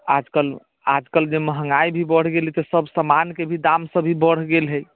आजकल आजकल जे महँगाइ भी बढ़ि गेल हइ तऽ सभ सामानके भी दामसभ भी बढ़ि गेल हइ